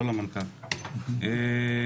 היושב-ראש.